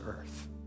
earth